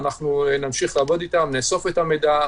אנחנו נמשיך לעבוד אתם, נאסוף את המידע,